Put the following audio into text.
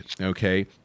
okay